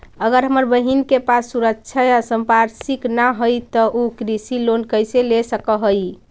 अगर हमर बहिन के पास सुरक्षा या संपार्श्विक ना हई त उ कृषि लोन कईसे ले सक हई?